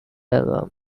album